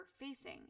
facing